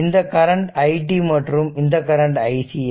இந்த current i t மற்றும் இந்த கரண்ட் iC ஆகும்